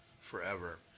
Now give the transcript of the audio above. forever